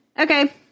Okay